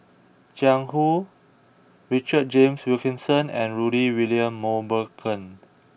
Jiang Hu Richard James Wilkinson and Rudy William Mosbergen